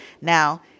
Now